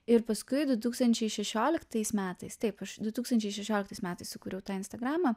ir paskui du tūkstančiai šešioliktais metais taip du tūkstančiai šešioliktais metais sukūriau tą instagramą